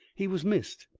he was missed,